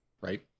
Right